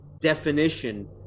definition